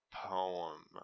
poem